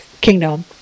kingdom